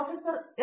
professor S